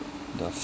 the